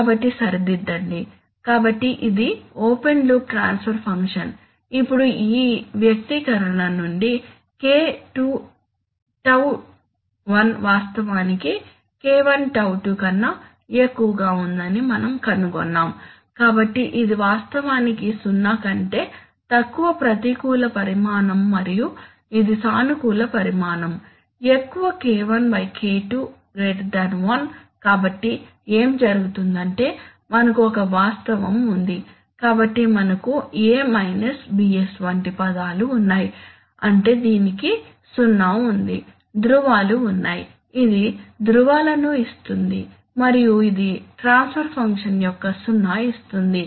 కాబట్టి సరిదిద్దండి కాబట్టి ఇది ఓపెన్ లూప్ ట్రాన్స్ఫర్ ఫంక్షన్ ఇప్పుడు ఈ వ్యక్తీకరణ నుండి K2τ1 వాస్తవానికి K1τ2 కన్నా ఎక్కువగా ఉందని మనం కనుగొన్నాము కాబట్టి ఇది వాస్తవానికి సున్నా కంటే తక్కువ ప్రతికూల పరిమాణం మరియు ఇది సానుకూల పరిమాణం ఎక్కువ K1 K2 1 కాబట్టి ఏమి జరుగుతుందంటే మనకు ఒక వాస్తవం ఉంది కాబట్టి మనకు a bs వంటి పదాలు ఉన్నాయి అంటే దీనికి సున్నా ఉంది ధ్రువాలు ఉన్నాయి ఇది ధ్రువాలను ఇస్తుంది మరియు ఇది ట్రాన్స్ఫర్ ఫంక్షన్ యొక్క సున్నా ఇస్తుంది